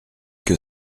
que